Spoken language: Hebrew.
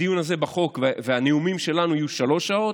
הדיון הזה בחוק והנאומים שלנו יהיו שלוש שעות.